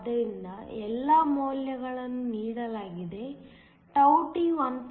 ಆದ್ದರಿಂದ ಎಲ್ಲಾ ಮೌಲ್ಯಗಳನ್ನು ನೀಡಲಾಗಿದೆ T 1